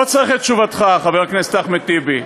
לא צריך את תשובתך, חבר הכנסת אחמד טיבי.